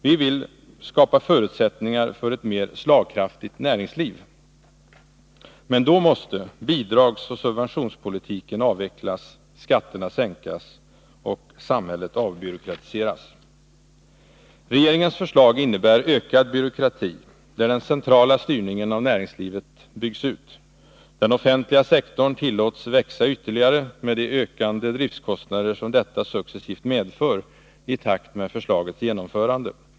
Vi vill skapa förutsättningar för ett mer slagkraftigt näringsliv — men då måste bidragsoch subventionspolitiken avvecklas, skatterna sänkas och samhället avbyråkratiseras. Regeringens förslag innebär ökad byråkrati, där den centrala styrningen av näringslivet byggs ut. Den offentliga sektorn tillåts växa ytterligare med de ökande driftkostnader som detta successivt medför i takt med förslagets genomförande.